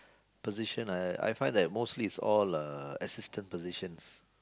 positions I I find that mostly is all uh assistant positions